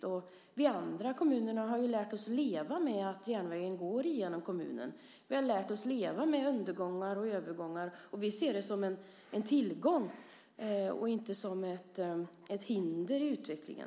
Vi i de andra kommunerna har ju lärt oss leva med att järnvägen går genom kommunen. Vi har lärt oss leva med undergångar och övergångar. Vi ser det som en tillgång och inte som ett hinder i utvecklingen.